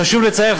חשוב לציין,